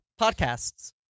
podcasts